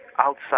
outside